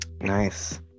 Nice